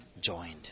joined